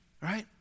right